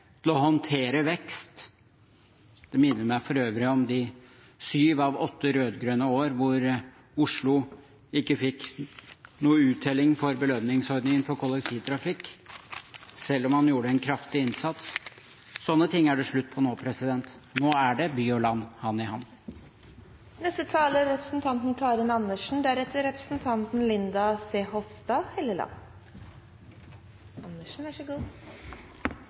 til å håndtere vekst. Det minner meg for øvrig om de syv av åtte rød-grønne år da Oslo ikke fikk noen uttelling for belønningsordningen for kollektivtrafikk, selv om man gjorde en kraftig innsats. Slike ting er det slutt på nå. Nå er det by og land hand i hand. Jeg tror det er